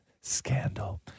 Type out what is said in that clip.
scandal